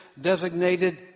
designated